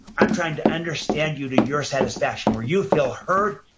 i'm trying to understand you to your satisfaction, where you feel heard,